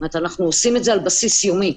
אנחנו עושים את זה על בסיס יומי.